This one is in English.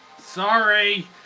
Sorry